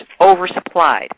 oversupplied